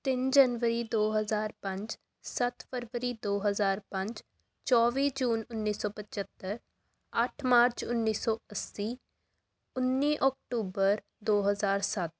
ਤਿੰਨ ਜਨਵਰੀ ਦੋ ਹਜ਼ਾਰ ਪੰਜ ਸੱਤ ਫਰਵਰੀ ਦੋ ਹਜ਼ਾਰ ਪੰਜ ਚੌਵੀ ਜੂਨ ਉੱਨੀ ਸੌ ਪਚੱਤਰ ਅੱਠ ਮਾਰਚ ਉੱਨੀ ਸੌ ਅੱਸੀ ਉੱਨੀ ਅੋਕਟੂਬਰ ਦੋ ਹਜ਼ਾਰ ਸੱਤ